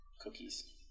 cookies